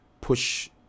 push